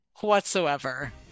whatsoever